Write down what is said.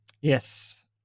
Yes